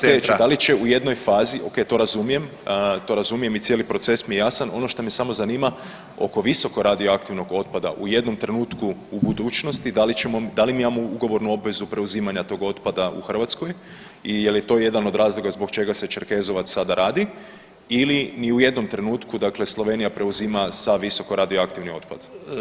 Okej, onda je pitanje slijedeće, da li će u jednoj fazi, okej to razumijem, to razumijem i cijeli proces mi je jasan, ono što me samo zanima oko visokoradioaktivnog otpada u jednom trenutku u budućnosti da li mi imamo ugovornu obvezu preuzimanja tog otpada u Hrvatskoj i jel je to jedan od razloga zbog čega se Čerkezovac sada radi ili ni u jednom trenutku, dakle Slovenija preuzima sav visokoradioaktivni otpad?